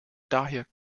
daher